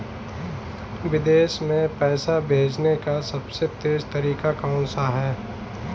विदेश में पैसा भेजने का सबसे तेज़ तरीका कौनसा है?